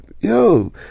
Yo